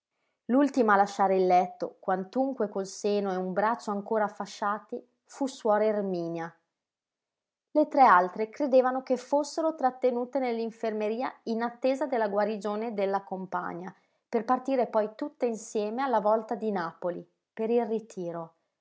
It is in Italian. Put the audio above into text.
a lasciare il letto quantunque col seno e un braccio ancora fasciati fu suor erminia le tre altre credevano che fossero trattenute nell'infermeria in attesa della guarigione della compagna per partire poi tutte insieme alla volta di napoli per il ritiro